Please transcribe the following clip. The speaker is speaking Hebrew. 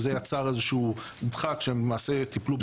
שזה כלי שהוא מאוד חשוב.